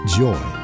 joy